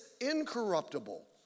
incorruptible